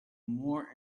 more